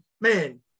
Man